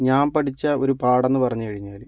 ഞാൻ പഠിച്ച ഒരു പാഠം എന്നു പറഞ്ഞു കഴിഞ്ഞാൽ